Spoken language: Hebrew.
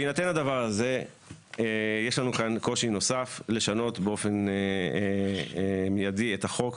בהינתן הדבר הזה יש לנו כאן קושי נוסף לשנות באופן מיידי את החוק.